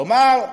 כלומר,